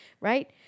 right